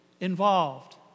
involved